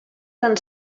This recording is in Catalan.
tan